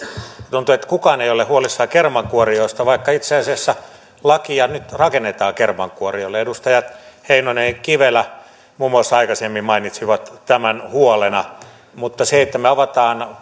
tuntuu että kukaan ei ole huolissaan kermankuorijoista vaikka itse asiassa lakia nyt rakennetaan kermankuorijoille muun muassa edustajat heinonen ja kivelä aikaisemmin mainitsivat tämän huolena mutta se että me avaamme